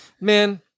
man